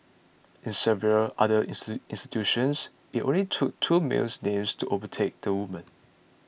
in several other institutions it only took two males names to overtake the women